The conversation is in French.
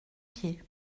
pieds